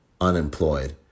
unemployed